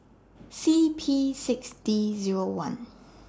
C P six D Zero one